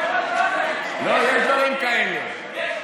לא, יש דברים כאלה.